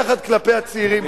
יחד כלפי הצעירים,